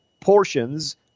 Portions